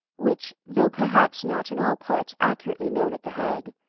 which, though perhaps not in all parts accurately known at the hague,